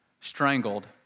strangled